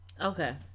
Okay